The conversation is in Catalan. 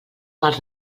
mals